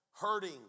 hurting